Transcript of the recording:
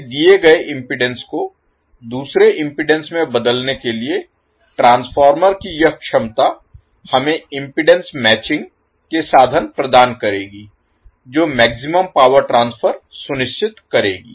किसी दिए गए इम्पीडेन्स को दूसरे इम्पीडेन्स में बदलने के लिए ट्रांसफार्मर की यह क्षमता हमें इम्पीडेन्स मैचिंग के साधन प्रदान करेगी जो मैक्सिमम पावर ट्रांसफर सुनिश्चित करेगी